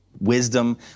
wisdom